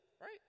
right